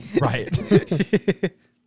Right